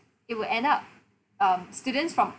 it will end up um students from